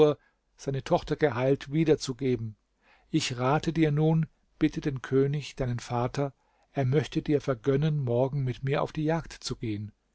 seine tochter geheilt wieder zu geben ich rate dir nun bitte den könig deinen vater er möchte dir vergönnen morgen mit mir auf die jagd zu gehen